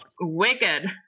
wicked